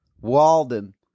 Walden